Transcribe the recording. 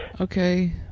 Okay